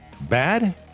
Bad